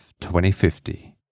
2050